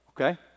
Okay